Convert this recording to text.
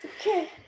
Okay